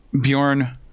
Bjorn